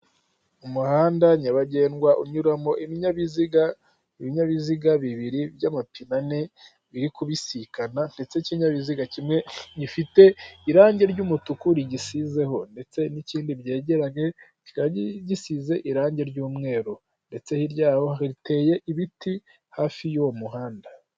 Umuhanda nyabagendwa unyuramo ibinyabiziga, ibinyabiziga bibiri by'amapine ane biri kubisikana ndetse ikinyabiziga kimwe gifite irangi ry'umutuku rigisizeho ndetse n'ikindi byegeranye kikaba gisize irangi ry'umweru ndetse hirya yaho hateye ibiti hafi y'uwo muhanda.